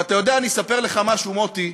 ואתה יודע, אני אספר לך משהו, מוטי,